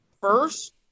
first